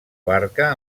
barca